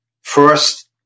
First